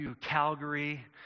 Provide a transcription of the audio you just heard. Calgary